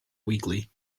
weekly